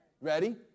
Ready